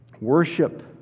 worship